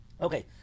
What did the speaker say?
Okay